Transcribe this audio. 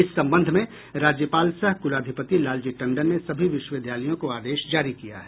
इस संबंध में राज्यपाल सह कुलाधिपति लालजी टंडन ने सभी विश्वविद्यालयों को आदेश जारी किया है